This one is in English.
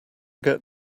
get